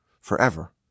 forever